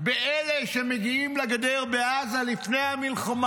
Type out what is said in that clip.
באלה שמגיעים לגדר בעזה לפני המלחמה,